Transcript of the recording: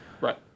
Right